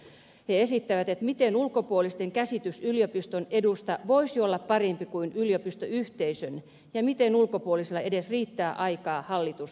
ne kysyvät miten ulkopuolisten käsitys yliopiston edusta voisi olla parempi kuin yliopistoyhteisön ja miten ulkopuolisella edes riittää aikaa hallitustyöskentelyyn